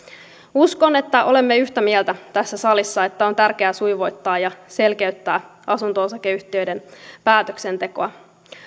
uskon että olemme yhtä mieltä tässä salissa siitä että on tärkeää sujuvoittaa ja selkeyttää asunto osakeyhtiöiden päätöksentekoa